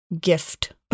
gift